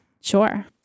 Sure